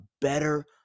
better